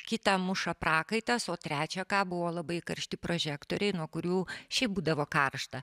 kitą muša prakaitas o trečią ką buvo labai karšti prožektoriai nuo kurių šiaip būdavo karšta